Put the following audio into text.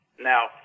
Now